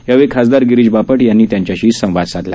यावेळी खासदार गिरीश बापट यांनी त्यांच्याशी संवाद साधला